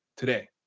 today.